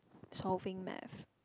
solving math